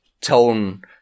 tone